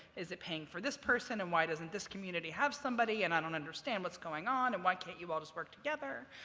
is it paying for this person? and, why doesn't this community have somebody? and, i don't understand what's going on, and, why can't you all just work together?